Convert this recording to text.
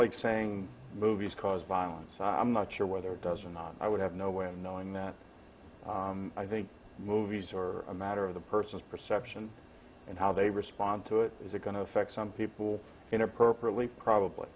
like saying movies cause violence i'm not sure whether it does or not i would have no way of knowing that i think movies or a matter of the person's perception and how they respond to it is going to affect some people in appropriately probably